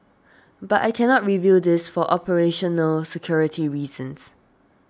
but I cannot reveal this for operational security reasons